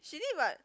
she did what